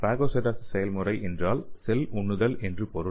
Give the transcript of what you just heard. phagocytosis செயல்முறை என்றால் 'cell உண்ணுதல்' என்று பொருள்